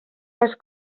els